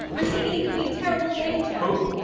antigone could be in terrible danger! so